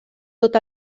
tot